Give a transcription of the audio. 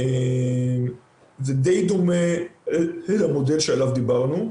זה די דומה למודל שעליו דיברנו.